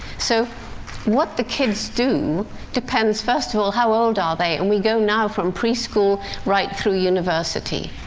so what the kids do depends first of all, how old are they and we go now from pre-school right through university.